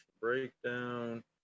breakdown